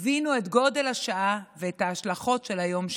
הבינו את גודל השעה ואת ההשלכות של היום שאחרי.